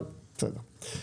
אבל בסדר.